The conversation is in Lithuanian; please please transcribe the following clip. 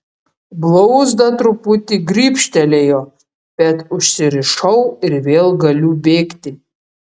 blauzdą truputį gribštelėjo bet užsirišau ir vėl galiu bėgti